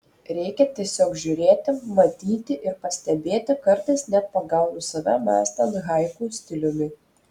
reikia tiesiog žiūrėti matyti ir pastebėti kartais net pagaunu save mąstant haiku stiliumi